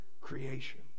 creation